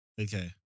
Okay